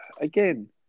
Again